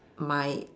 my